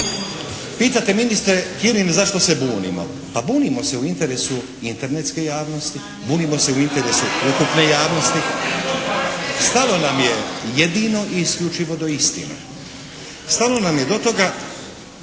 Pitate ministre Kirin zašto se bunimo? Pa bunimo se u interesu Internetske javnosti, bunimo se u interesu ukupne javnosti. Stalo nam je jedino i isključivo da istine. Stalno nam je do toga